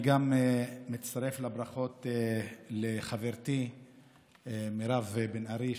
אני מצטרף לברכות לחברתי מירב בן ארי,